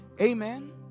Amen